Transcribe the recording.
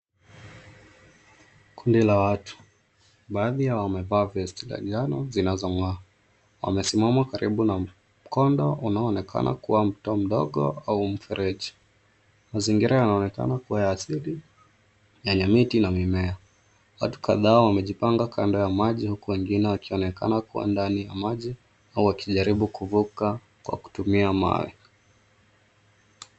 Kundi la watu, baadhi yao wamevaa vest za njano zinazong'aa. Wamesimama karibu na mkondo unaoonekana kuwa mto mdogo au mfereji. Mazingira yanaonekana kuwa ya asili yenye miti na mimea. Watu kadhaa wamejipanga kando ya maji huku wengine wakionekana kuwa ndani ya maji au wakijaribu kuvuka kwa kutumia mawe.